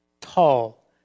tall